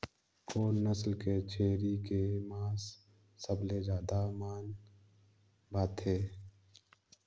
कोन नस्ल के छेरी के मांस सबले ज्यादा मन भाथे?